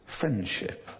friendship